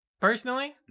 personally